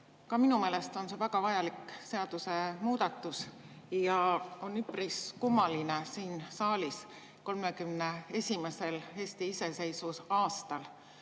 Ka minu meelest on see väga vajalik seadusemuudatus ja on üpris kummaline siin saalis 31. Eesti iseseisvuse aastal